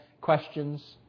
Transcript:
questions